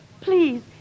Please